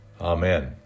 Amen